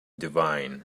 divine